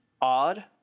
odd